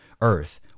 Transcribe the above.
Earth